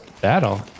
Battle